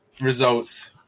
results